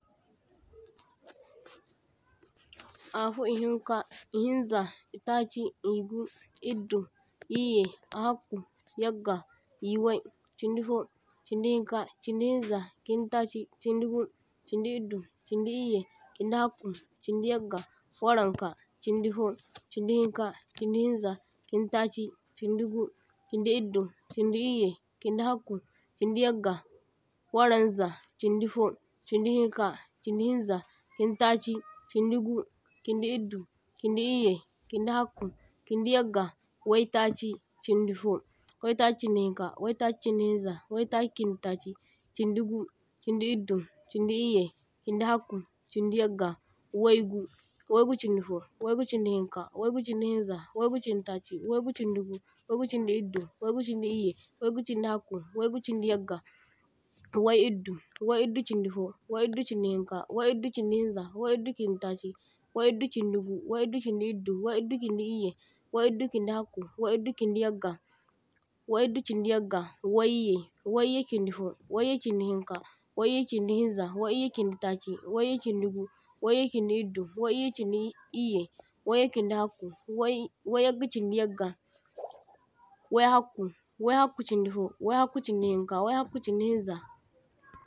toh – toh A fo, ihinka, ihinza, itachi, igu, iddu, iyye, ahakku, yagga, iwai, chindi fo, chindi hinka, chindi hinza, chindi tachi, chindi gu, chindi iddu, chindi iyye, chindi hakku, chindi yagga, warraŋka, chindi fo, chindi hinka, chindi hinza, chindi tachi, chindi gu, chindi iddu, chindi iyye, chindi hakku, chindi yagga, waraŋza, chindi fo, chindi hinka, chindi hinza, chindi tachi, chindi gu, chindi iddu, chindi iyye, chindi hakku, chindi yagga, wai tachi, chindi fo, wai tachi chindi hinka, wai tachi chindi hinza, wai tachi chindi tachi, chindi gu, chindi iddu, chindi iyye, chindi hakku, chindi yagga, waigu, waigu chindi fo, waigu chindi hinka, waigu chindi hinza, waigu chindi tachi, chindi gu, waigu chindi iddu, waigu chindi iyye, waigu chindi hakku, waigu chindi yagga, wai iddu, wai iddu chindi fo, wai iddu chindi hinka, wai iddu chindi hinza, wai iddu chindi tachi, wai iddu chindi gu, wai iddu chindi iddu, wai iddu chindi iyye, wai iddu chindi hakku, wai iddu chindi yagga, wai iddu chindi yagga, wai iyye, wai iyye chindi fo, wai iyye chindi hinka, wai iyye chindi hinza, wai iyye chindi tachi, wai iyye chindi gu, wai iyye chindi iddu, wai iyye chindi iyye, wai iyye chindi hakku, wai yagga chindi yagga, wai hakku, wai hakku chindi fo, wai hakku chindi hinka, wai hakku chindi hinza.